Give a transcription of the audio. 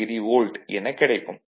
2° volt எனக் கிடைக்கும்